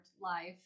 life